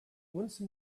once